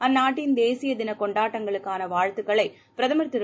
அந்நாட்டின் தேசிய தின கொண்டாட்டங்களுக்கான வாழ்த்துக்களை பிரதமர் திரு